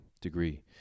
degree